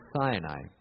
Sinai